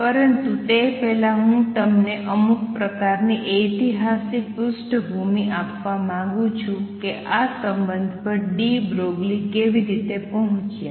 પરંતુ તે પહેલાં હું તમને અમુક પ્રકારની ઐતિહાસિક પૃષ્ઠભૂમિ આપવા માંગું છું કે આ સંબંધ પર ડી બ્રોગલી કેવી રીતે પહોંચ્યા